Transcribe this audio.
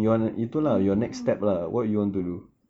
mmhmm